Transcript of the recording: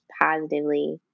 positively